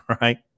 right